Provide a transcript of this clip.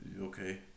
okay